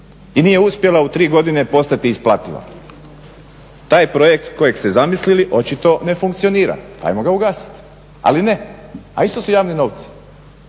i nije uspjela u tri godine postati isplativa. Taj projekt kojeg ste zamislili očito ne funkcionira, ajmo ga ugasiti. Ali ne, a isto su javni novci.